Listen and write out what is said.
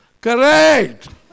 Correct